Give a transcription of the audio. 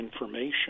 information